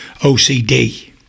OCD